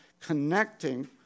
connecting